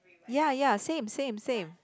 ya ya same same same